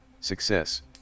Success